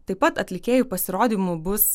taip pat atlikėjų pasirodymų bus